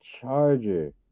Charger